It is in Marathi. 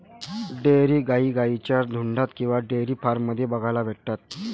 डेयरी गाई गाईंच्या झुन्डात किंवा डेयरी फार्म मध्ये बघायला भेटतात